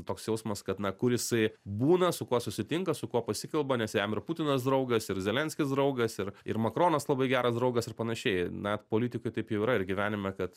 toks jausmas kad na kur jisai būna su kuo susitinka su kuo pasikalba nes jam ir putinas draugas ir zelenskis draugas ir ir makronas labai geras draugas ir panašiai na politikoj taip jau yra ir gyvenime kad